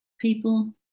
people